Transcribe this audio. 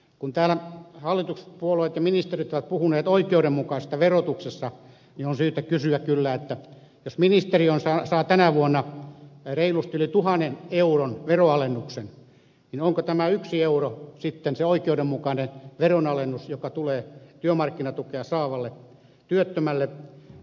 kun täällä hallituspuolueet ja ministerit ovat puhuneet oikeudenmukaisesta verotuksesta on kyllä syytä kysyä että jos ministeri saa tänä vuonna reilusti yli tuhannen euron veronalennuksen onko tämä yksi euro sitten se oikeudenmukainen veronalennus joka tulee työmarkkinatukea saavalle työttömälle